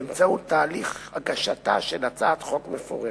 באמצעות תהליך הגשתה של הצעת חוק מפורטת.